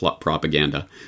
propaganda